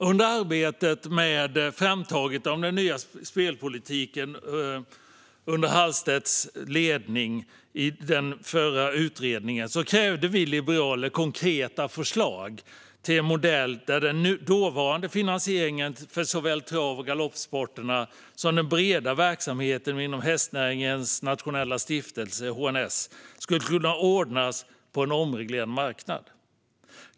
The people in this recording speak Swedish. Under arbetet i den förra utredningen med framtagandet av den nya spelpolitiken under Hallstedts ledning krävde vi liberaler konkreta förslag till en modell där den dåvarande finansieringen för såväl trav och galoppsporten som den breda verksamheten inom hästnäringens nationella stiftelse, HNS, skulle kunna ordnas på en omreglerad marknad.